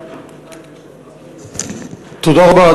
תודה רבה.